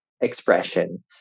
expression